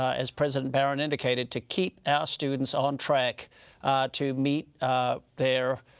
as president barron indicated to keep our students on track to meet their,